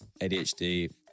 ADHD